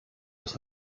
das